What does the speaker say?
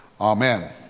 Amen